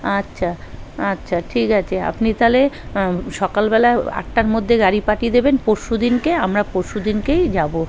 আচ্ছা আচ্ছা ঠিক আছে আপনি তাহলে সকালবেলা আটটার মধ্যে গাড়ি পাঠিয়ে দেবেন পরশু দিনকে আমরা পরশু দিনকেই যাব